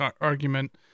argument